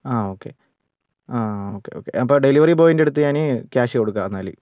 ആ ഓക്കെ ആ ആ ഓക്കെ ഓക്കെ അപ്പോൾ ഡെലിവറി ബോയീൻ്റടുത്ത് ഞാൻ ക്യാഷ് കൊടുക്കാം എന്നാൽ